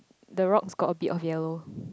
the rocks got a bit of yellow